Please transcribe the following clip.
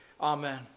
Amen